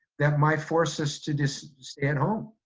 that might force us to just stay at home.